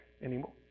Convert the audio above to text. anymore